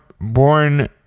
born